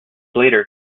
later